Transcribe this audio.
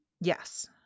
Yes